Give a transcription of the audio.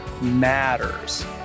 matters